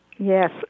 Yes